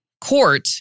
Court